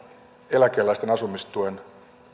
eläkeläisten asumistuen